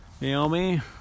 Naomi